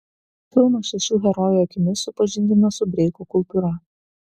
filmas šešių herojų akimis supažindina su breiko kultūra